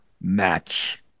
match